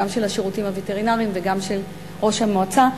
גם של השירותים הווטרינריים וגם של ראש המועצה.